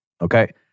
Okay